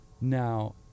Now